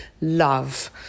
love